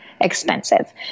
expensive